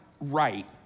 right